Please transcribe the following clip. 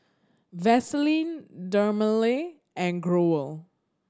Vaselin Dermale and Growell